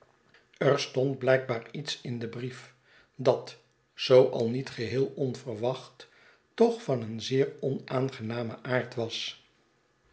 er stond blijkbaar iets in den brief dat zoo al niet geheel onverwacht toch van een zeer onaangenamen anrd was